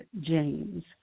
James